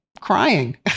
crying